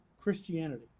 Christianity